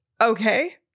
okay